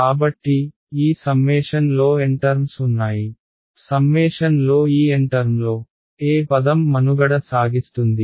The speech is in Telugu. కాబట్టి ఈ సమ్మేషన్లో N టర్మ్స్ ఉన్నాయి సమ్మేషన్లో ఈ N టర్మ్లో ఏ పదం మనుగడ సాగిస్తుంది